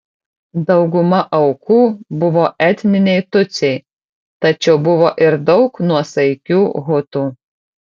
dauguma aukų buvo etniniai tutsiai tačiau buvo ir daug nuosaikių hutų